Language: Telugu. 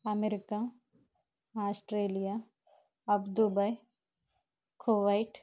America Australia Abu Dhabi Kuwait